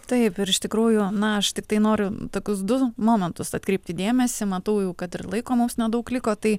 taip ir iš tikrųjų na aš tiktai noriu tokius du momentus atkreipti dėmesį matau jau kad ir laiko mums nedaug liko tai